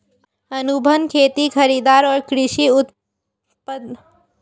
अनुबंध खेती खरीदार और कृषि उत्पादकों के बीच एक समझौते के आधार पर किया जा रहा है